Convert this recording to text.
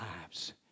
lives